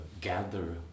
gather